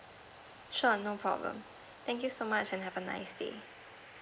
sure no problem thank you so much and have a nice day